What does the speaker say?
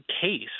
Case